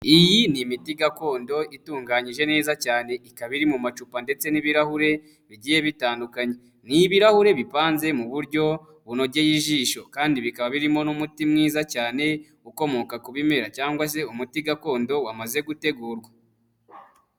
Iyi ni imiti gakondo itunganyije neza cyane ikaba iri mu macupa ndetse n'ibirahure bigiye bitandukanye. Ni ibirahuri bipanze mu buryo bunogeye ijisho kandi bikaba birimo n'umuti mwiza cyane ukomoka ku bimera cyangwa se umuti gakondo wamaze gutegurwa.